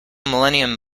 millennium